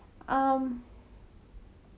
um